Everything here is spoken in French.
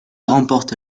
remporte